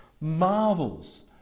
marvels